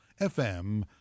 FM